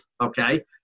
okay